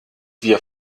wir